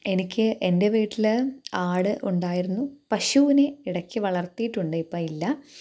എനിക്ക് എൻ്റെ വീട്ടിൽ ആട് ഉണ്ടായിരുന്നു പശുവിനെ ഇടയ്ക്ക് വളർത്തിയിട്ടുണ്ട് ഇപ്പോഴില്ല